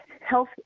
health